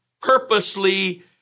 purposely